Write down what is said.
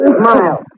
smile